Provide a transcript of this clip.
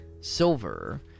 silver